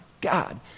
God